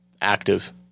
active